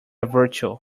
virtue